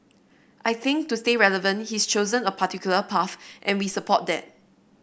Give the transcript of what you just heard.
I think to stay relevant he's chosen a particular path and we support that